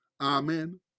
Amen